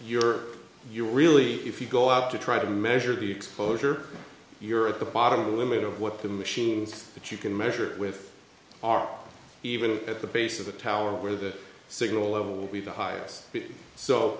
you're you're really if you go out to try to measure the exposure you're at the bottom of the limit of what the machines that you can measure with are even at the base of the tower where the signal level will be the highest so